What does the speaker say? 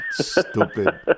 stupid